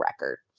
record